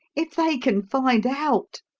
if they can find out.